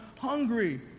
hungry